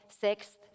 sixth